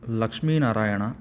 Lakshmi Narayana